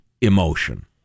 emotion